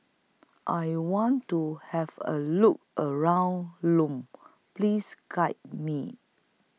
I want to Have A Look around Lome Please Guide Me